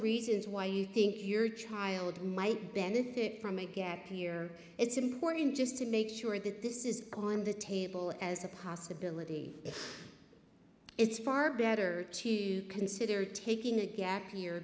reasons why you think your child might benefit from a gap year it's important just to make sure that this is on the table as a possibility it's far better to consider taking